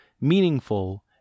meaningful